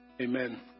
Amen